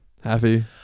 Happy